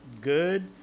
good